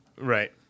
Right